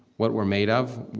what we're made of.